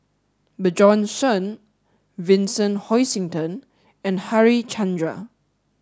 Bjorn Shen Vincent Hoisington and Harichandra